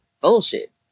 bullshit